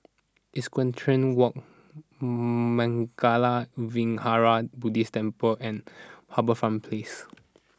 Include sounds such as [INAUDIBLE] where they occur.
Equestrian Walk [HESITATION] Mangala Vihara Buddhist Temple and HarbourFront Place